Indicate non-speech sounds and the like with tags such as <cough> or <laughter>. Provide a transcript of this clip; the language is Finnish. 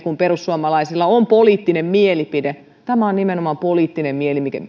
<unintelligible> kun perussuomalaisilla on poliittinen mielipide tämä on nimenomaan poliittinen